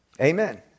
Amen